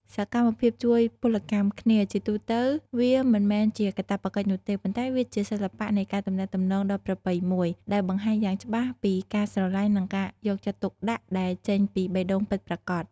សកម្មភាពជួយពលកម្មគ្នា ជាទូទៅវាមិនមែនជាកាតព្វកិច្ចនោះទេ ប៉ុន្តែវាជាសិល្បៈនៃការទំនាក់ទំនងដ៏ប្រពៃមួយ ដែលបង្ហាញយ៉ាងច្បាស់ពីការស្រលាញ់និងការយកចិត្តទុកដាក់ដែលចេញពីបេះដូងពិតប្រាកដ។